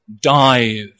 dive